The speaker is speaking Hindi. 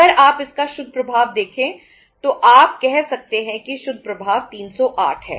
अगर आप इसका शुद्ध प्रभाव देखें तो आप कह सकते हैं कि शुद्ध प्रभाव 308 है